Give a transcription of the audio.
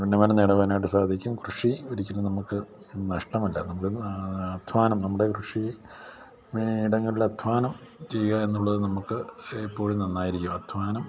ഉന്നമനം നേടുവാനായിട്ട് സാധിക്കും കൃഷി ഒരിക്കലും നമുക്ക് നഷ്ടമല്ല നമുക്ക് അദ്ധ്വാനം നമ്മുടെ കൃഷി ഇടങ്ങളില് അദ്ധ്വാനം ചെയ്യുകയെന്നുള്ളത് നമുക്ക് എപ്പോഴും നന്നായിരിക്കും അദ്ധ്വാനം